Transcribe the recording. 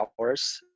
hours